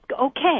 okay